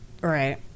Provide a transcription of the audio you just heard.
right